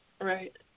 Right